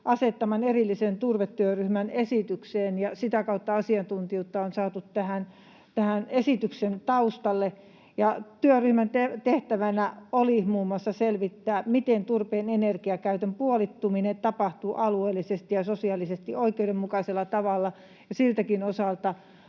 asettaman erillisen turvetyöryhmän esitykseen, ja sitä kautta asiantuntijuutta on saatu tähän esityksen taustalle. Työryhmän tehtävänä oli muun muassa selvittää, miten turpeen energiakäytön puolittuminen tapahtuu alueellisesti ja sosiaalisesti oikeudenmukaisella tavalla, ja siltäkin osalta